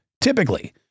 Typically